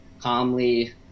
calmly